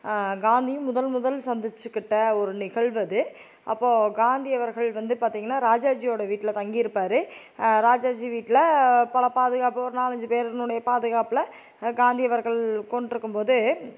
காந்தியும் முதல் முதல் சந்திச்சுக்கிட்ட ஒரு நிகழ்வு அது அப்போது காந்தி அவர்கள் வந்து பார்த்தீங்கன்னா ராஜாஜியோடய வீட்டில் தங்கியிருப்பாரு ராஜாஜி வீட்டில் பல பாதுகாப்பு ஒரு நாலஞ்சு பேர்னுடைய பாதுகாப்பில் காந்தி அவர்கள் உட்கான்ட்டுருக்கும்போது